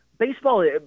Baseball